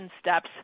steps